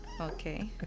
okay